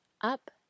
up